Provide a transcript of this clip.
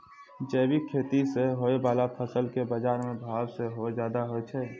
जैविक खेती से होय बाला फसलो के बजारो मे भाव सेहो ज्यादा होय छै